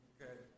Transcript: Okay